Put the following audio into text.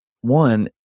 One